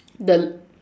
the l~